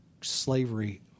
slavery